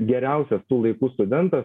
geriausias tų laikų studentas